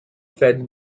fed